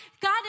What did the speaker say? God